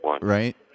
right